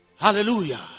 Hallelujah